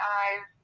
eyes